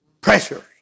Pressure